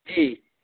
جی